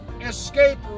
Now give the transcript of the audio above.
escape